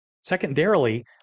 Secondarily